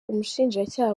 umushinjacyaha